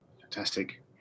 Fantastic